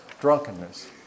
drunkenness